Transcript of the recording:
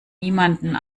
niemanden